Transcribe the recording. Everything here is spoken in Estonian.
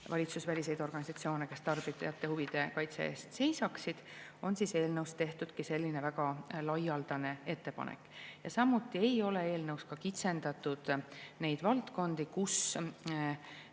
valitsusväliseid organisatsioone, kes tarbijate huvide kaitse eest seisaksid, ongi eelnõus tehtud selline väga laialdane ettepanek. Samuti ei ole eelnõus kitsendatud valdkondi, kus